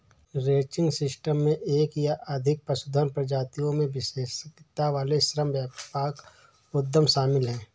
ranching system में एक या अधिक पशुधन प्रजातियों में विशेषज्ञता वाले श्रम व्यापक उद्यम शामिल हैं